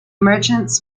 merchants